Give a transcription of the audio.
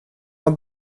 har